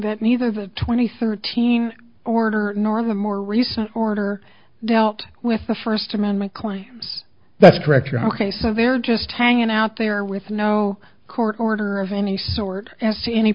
that neither the twenty thirteen order nor the more recent order dealt with the first amendment claims that's correct ok so they're just hanging out there with no court order of any sort as to any